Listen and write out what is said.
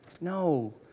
No